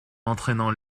entraînant